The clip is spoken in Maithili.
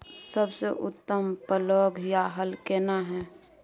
सबसे उत्तम पलौघ या हल केना हय?